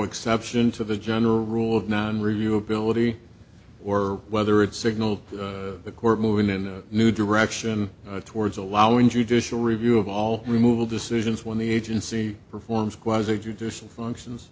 exception to the general rule of nine review ability or whether it's signal the court moving in a new direction towards allowing judicial review of all removal decisions when the agency performs quite as if you do some functions